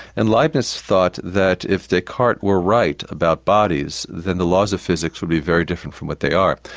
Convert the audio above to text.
and leibnitz thought that if descartes were right about bodies, then the laws of physics would be very different from what they are.